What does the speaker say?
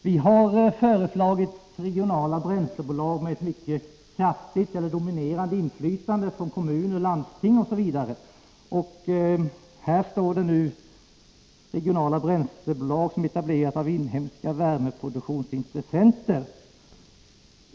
Vi har föreslagit regionala bränslebolag med ett dominerande inflytande från kommuner, landsting osv. I svaret här talas det om ”regionala bränslebolag som håller på att etableras av inhemska värmeproduktionsintressenter”.